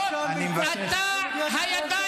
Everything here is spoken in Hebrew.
אחמד טיבי, חברי הכנסת.